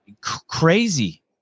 Crazy